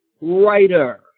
writer